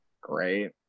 great